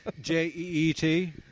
J-E-E-T